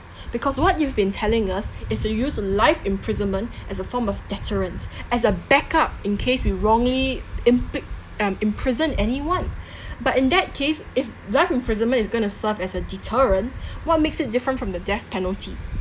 because what you've been telling us is to use a life imprisonment as a form of deterrent as a backup in case we wrongly impli~ uh imprison anyone but in that case if life imprisonment is going to serve as a deterrent what makes it different from the death penalty